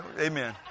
Amen